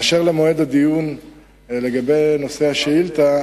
באשר למועד הדיון בנושא השאילתא,